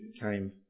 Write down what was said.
came